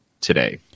today